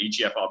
EGFR